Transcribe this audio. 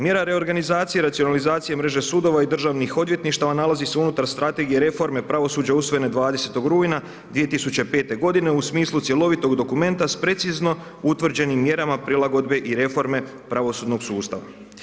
Mjera reorganizacije i racionalizacije sudova i državnih odvjetništava nalazi se unutar Strategije reforme pravosuđa usvojene 20. rujna 2005. u smislu cjelovitog dokumenta s precizno utvrđenim mjerama prilagodbe i reforme pravosudnog sustava.